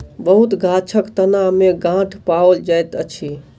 बहुत गाछक तना में गांठ पाओल जाइत अछि